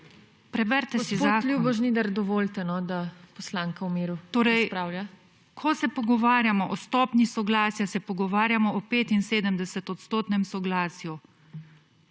Preberite si zakon.